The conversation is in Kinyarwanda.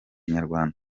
inyarwanda